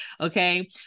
Okay